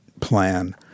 plan